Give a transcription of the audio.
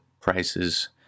prices